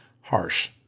harsh